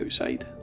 outside